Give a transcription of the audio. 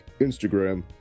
Instagram